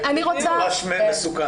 זה ממש מסוכן.